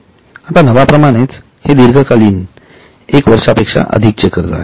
आता नावा प्रमाणेच हे दीर्घकालीन एक वर्षापेक्षा अधिक चे कर्ज आहे